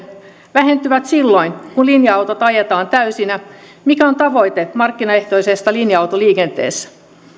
vähentyvät silloin kun linja autot ajetaan täysinä mikä on tavoite markkinaehtoisessa linja autoliikenteessä